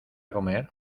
comer